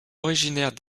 originaires